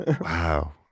Wow